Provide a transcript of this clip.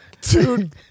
Dude